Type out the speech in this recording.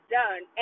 done